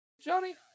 Johnny